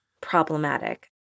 problematic